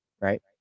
right